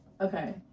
Okay